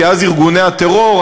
כי אז ארגוני הטרור,